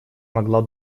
могла